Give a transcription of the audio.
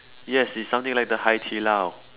yes it something like the Hai-Di-Lao